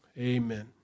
amen